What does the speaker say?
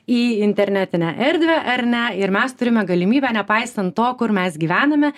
į internetinę erdvę ar ne ir mes turime galimybę nepaisant to kur mes gyvename